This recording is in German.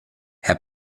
herr